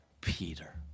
Peter